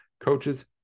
coaches